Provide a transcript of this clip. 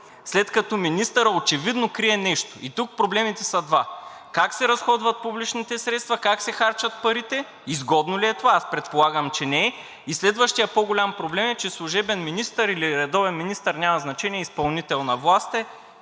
след като министърът очевидно крие нещо. И тук проблемите са два: как се разходват публичните средства, как се харчат парите – изгодно ли е това? Аз предполагам, че не е. И следващият по-голям проблем е, че служебен министър или редовен министър, няма значение, изпълнител на власт е,